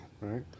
right